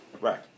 Right